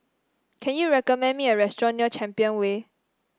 can you recommend me a restaurant near Champion Way